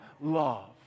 love